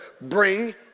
bring